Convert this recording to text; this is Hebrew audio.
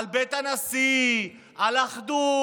על בית הנשיא, על אחדות.